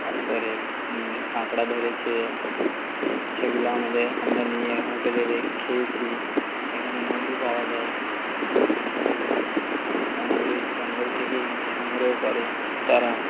তারপরে কাঁকড়া ধরেছে সেগুলো আমাদের আমরা নিয়ে হোটেলে খেয়েছি এখানে মধু পাওয়া যায় সেগুলো আমাদের ওই জঙ্গল থেকেই সংগ্রহ করে তারা